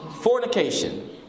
Fornication